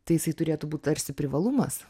tai jisai turėtų būt tarsi privalumas